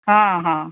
ହଁ ହଁ